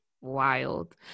wild